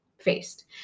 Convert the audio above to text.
faced